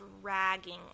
dragging